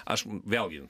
aš vėlgi